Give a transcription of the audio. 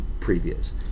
previous